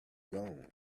gone